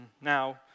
now